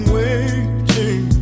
waiting